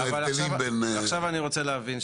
עכשיו אני רוצה להבין,